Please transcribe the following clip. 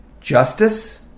justice